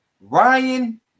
Ryan